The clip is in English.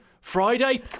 Friday